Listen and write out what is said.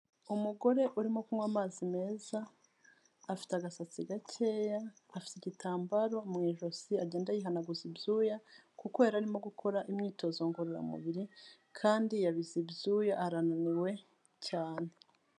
Umugore urimo kunywa amazi meza, afite agasatsi gakeya, afite igitambaro mu ijosi agenda yihanaguza ibyuya kuko yari arimo gukora imyitozo ngororamubiri kandi yabize ibyuya arananiwe cyane.